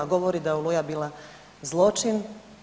Govori da je Oluja bila zloćin.